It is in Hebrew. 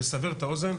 לסבר את האוזן,